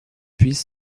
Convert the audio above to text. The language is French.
puise